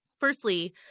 Firstly